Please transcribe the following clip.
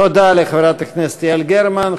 תודה לחברת הכנסת יעל גרמן.